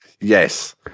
Yes